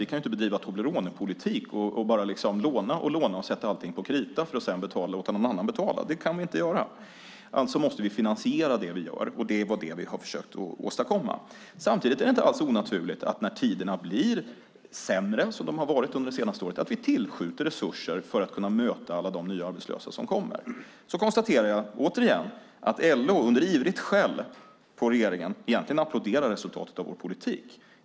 Vi kan inte bedriva Tobleronepolitik, bara låna och sätta allting på krita för att sedan låta någon annan betala. Det kan vi inte göra. Vi måste finansiera det vi gör, och det är vad vi har försökt åstadkomma. Samtidigt är det inte alls onaturligt att när tiderna blir sämre, som de har varit under det senaste året, att vi tillskjuter resurser för att kunna möta alla de nya arbetslösa som kommer. Jag konstaterar återigen att LO under ivrigt skäll på regeringen egentligen applåderar resultatet av vår politik.